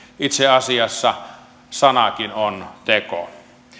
itse asiassa sanakin on teko